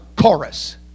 Chorus